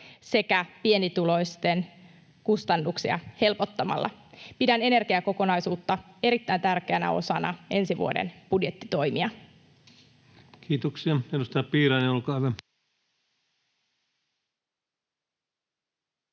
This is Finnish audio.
sekä pienituloisten kustannuksia helpottamalla. Pidän energiakokonaisuutta erittäin tärkeänä osana ensi vuoden budjettitoimia. Kiitoksia. — Edustaja Piirainen, olkaa hyvä.